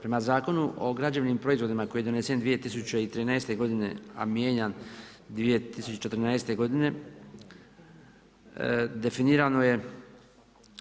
Prema Zakonu o građevnim proizvodima koji je donesen 2013. godine a mijenjan 2014. godine, definirana